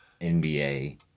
NBA